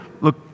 Look